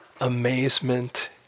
amazement